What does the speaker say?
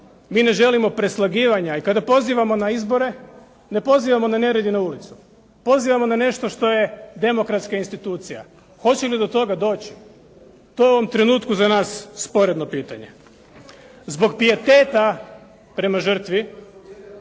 mi ne želimo preslagivanja i kada pozivamo na izbore ne pozivamo na nered i na ulicu. Pozivamo na nešto što je demokratska institucija. Hoće li to toga doći, to je u ovom trenutku za nas sporedno pitanje. Zbog pijeteta prema žrtvi,